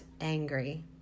angry